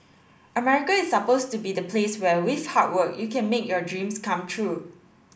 America is supposed to be the place where with hard work you can make your dreams come true